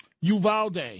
Uvalde